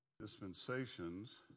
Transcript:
dispensations